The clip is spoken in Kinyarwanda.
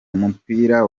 umupira